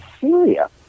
Syria